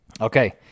Okay